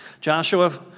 Joshua